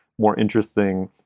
more interesting.